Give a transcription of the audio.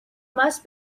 más